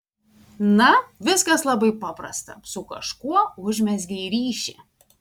na viskas labai paprasta su kažkuo užmezgei ryšį